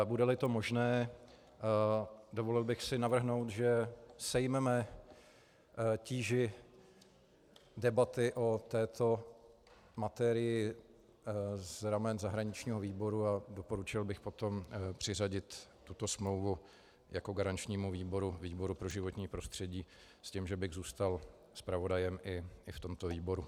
Budeli to možné, dovolil bych si navrhnout, že sejmeme tíži debaty o této materii z ramen zahraničního výboru a doporučil bych potom přiřadit tuto smlouvu jako garančnímu výboru pro životní prostředí s tím, že bych zůstal zpravodajem i v tomto výboru.